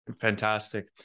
Fantastic